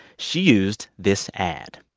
she used this ad